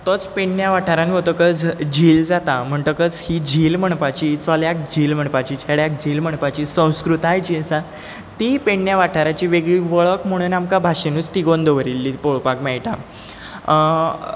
तोच पेडण्या वाठारांत वतकच झील जाता म्हणटकच ही झील म्हणपाची चल्याक झील म्हणपाची चेड्याक झील म्हणपाची संस्कृताय जी आसा ती पेडण्या वाठाराची वेगळी वळख म्हणून आमकां भाशेनूच तिगोवन दवरिल्ली पळोवपाक मेळटा